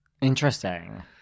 Interesting